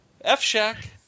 F-Shack